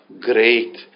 great